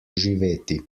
živeti